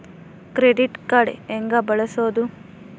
Credit card ಹೆಂಗ ಬಳಸೋದು?